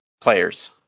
players